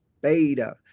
beta